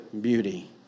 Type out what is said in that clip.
beauty